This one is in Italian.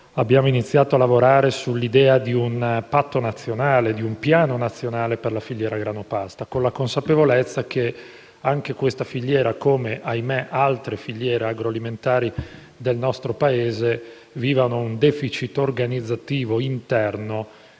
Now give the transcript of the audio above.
abbiamo iniziato a lavorare sull'idea di un piano nazionale per la filiera grano-pasta, con la consapevolezza che anche questa filiera, come - ahimè - altre filiere agroalimentari del nostro Paese, vivono un *deficit* organizzativo interno